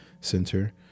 center